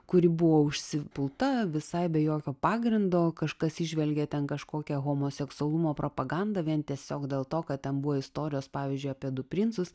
kuri buvo užsipulta visai be jokio pagrindo kažkas įžvelgė ten kažkokią homoseksualumo propagandą vien tiesiog dėl to kad ten buvo istorijos pavyzdžiui apie du princus